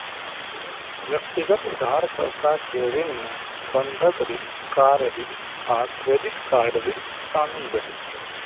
व्यक्तिगत उधारकर्ता के ऋण मे बंधक ऋण, कार ऋण आ क्रेडिट कार्ड ऋण शामिल रहै छै